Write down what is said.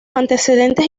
antecedentes